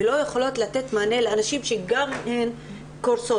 ולא יכולות לתת מענה לנשים שגם הן קורסות.